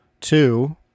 two